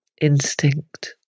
instinct